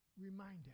Reminded